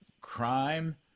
crime